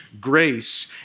grace